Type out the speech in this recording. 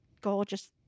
gorgeous